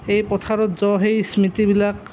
এই পথাৰত যোৱা সেই স্মৃতিবিলাক